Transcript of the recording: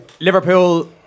Liverpool